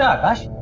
ah akash,